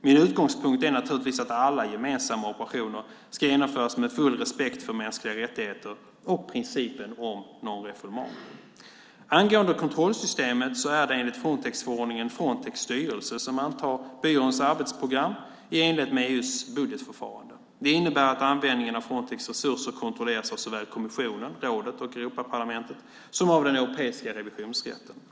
Min utgångspunkt är naturligtvis att alla gemensamma operationer ska genomföras med full respekt för mänskliga rättigheter och principen om non-refoulement. Angående kontrollsystemet är det enligt Frontexförordningen Frontex styrelse som antar byråns arbetsprogram i enlighet med EU:s budgetförfarande. Det innebär att användningen av Frontex resurser kontrolleras av såväl kommissionen, rådet och Europaparlamentet som av den Europeiska revisionsrätten.